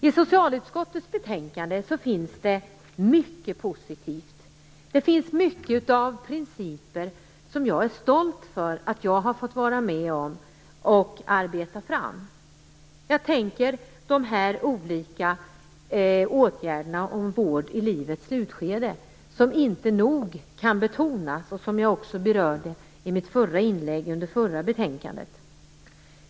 I socialutskottets betänkande finns det mycket positivt. Det finns mycket av principer som jag är stolt för att jag har fått vara med om att arbeta fram. Jag tänker på de olika åtgärderna för vård i livets slutskede som inte nog kan betonas och som jag också berörde i mitt inlägg under debatten om förra betänkandet.